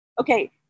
Okay